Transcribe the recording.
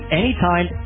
anytime